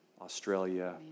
Australia